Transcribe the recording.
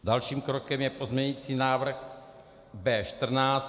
Dalším krokem je pozměňující návrh B14.